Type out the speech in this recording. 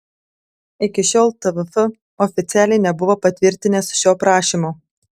iki šiol tvf oficialiai nebuvo patvirtinęs šio prašymo